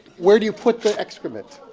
where do you put the excrement?